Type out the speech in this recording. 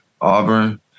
Auburn